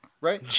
Right